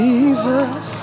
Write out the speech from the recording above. Jesus